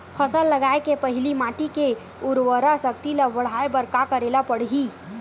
फसल लगाय के पहिली माटी के उरवरा शक्ति ल बढ़ाय बर का करेला पढ़ही?